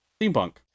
Steampunk